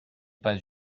pas